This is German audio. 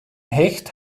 hecht